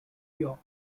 york